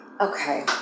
Okay